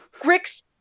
Grix